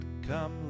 Come